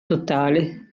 totale